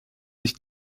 nicht